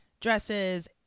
dresses